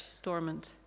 Stormont